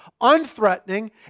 unthreatening